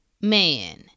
man